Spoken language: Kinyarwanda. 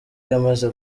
yamaze